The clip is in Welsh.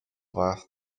fath